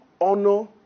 honor